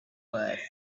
was